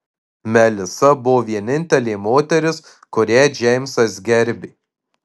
melisa buvo vienintelė moteris kurią džeimsas gerbė